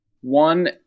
One